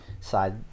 Side